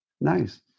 Nice